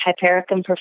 hypericum